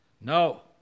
No